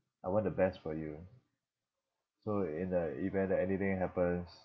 I want the best for you so in the event that anything happens